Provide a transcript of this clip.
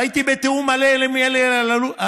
והייתי בתיאום מלא עם אלי אלאלוף,